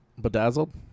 Bedazzled